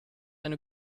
eine